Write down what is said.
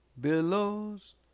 billows